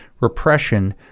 Repression